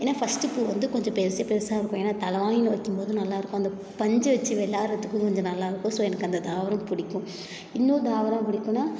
ஏன்னா ஃபஸ்ட்டு பூ வந்து கொஞ்சம் பெருசு பெருசாக இருக்கும் ஏன்னா தலகாணியில வைக்கும் போது நல்லா இருக்கும் அந்த பஞ்சை வெச்சி விளாட்றத்துக்கும் கொஞ்சம் நல்லா இருக்கும் ஸோ எனக்கு அந்த தாவரம் பிடிக்கும் இன்னொரு தாவரம் பிடிக்குன்னா